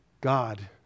God